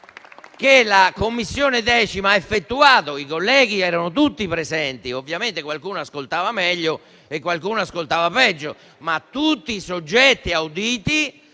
10a Commissione ha effettuato. I colleghi erano tutti presenti: ovviamente qualcuno ascoltava meglio e qualcuno ascoltava peggio, ma tutti i soggetti auditi